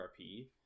RP